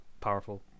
powerful